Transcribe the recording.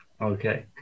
Okay